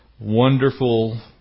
wonderful